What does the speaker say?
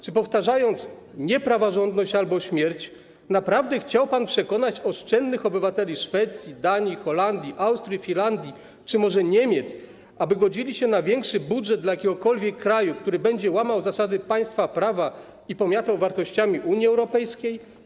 Czy powtarzając: niepraworządność albo śmierć, naprawdę chciał pan przekonać oszczędnych obywateli Szwecji, Danii, Holandii, Austrii, Finlandii czy może Niemiec, aby godzili się na większy budżet dla jakiegokolwiek kraju, który będzie łamał zasady państwa prawa i pomiatał wartościami Unii Europejskiej?